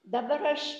dabar aš